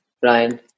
Brian